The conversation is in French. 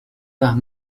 par